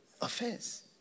Offense